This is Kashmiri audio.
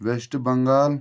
ویٚسٹہٕ بنگال